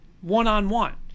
one-on-one